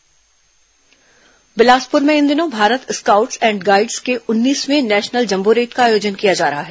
Bilaspur jamboree Bilaspur में इन दिनों भारत स्काउट्स एण्ड गाईड्स के उन्नीसवें नैशनल जम्बोरेट का आयोजन किया जा रहा है